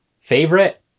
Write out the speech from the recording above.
favorite